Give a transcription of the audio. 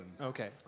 Okay